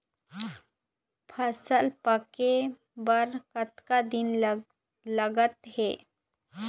फसल पक्के बर कतना दिन लागत हे?